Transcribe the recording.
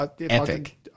Epic